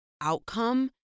outcome